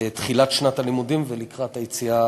תחילת שנת הלימודים ולקראת היציאה